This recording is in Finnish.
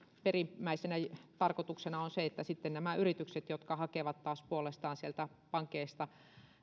perimmäisenä tarkoituksena on se että tätä kautta sitten pystytään varmistamaan näiden yritysten lainansaanti jotka hakevat taas puolestaan sieltä pankeista